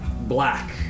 black